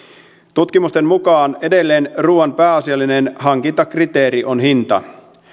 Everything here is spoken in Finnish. tutkimusten mukaan edelleen ruuan pääasiallinen hankintakriteeri on hinta